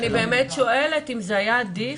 אני באמת שואלת אם זה היה עדיף,